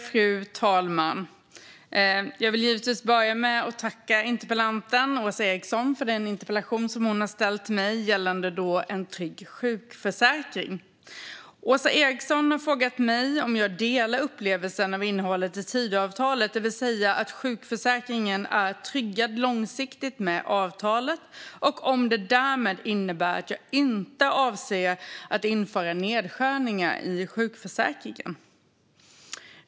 Fru talman! Jag vill givetvis börja med att tacka interpellanten Åsa Eriksson för den interpellation hon har ställt till mig gällande en trygg sjukförsäkring. Åsa Eriksson har frågat mig om jag delar upplevelsen av innehållet i Tidöavtalet, det vill säga att sjukförsäkringen är tryggad långsiktigt med avtalet, och om det därmed innebär att jag inte avser att införa nedskärningar i sjukförsäkringen.